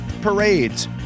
parades